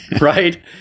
right